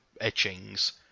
etchings